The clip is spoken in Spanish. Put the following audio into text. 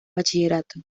bachillerato